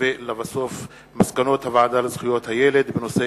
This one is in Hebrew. מצילות חיים במסגרת שירותי בריאות נוספים), התש"ע